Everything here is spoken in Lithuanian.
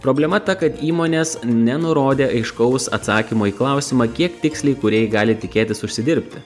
problema ta kad įmonės nenurodė aiškaus atsakymo į klausimą kiek tiksliai kūrėjai gali tikėtis užsidirbti